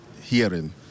hearing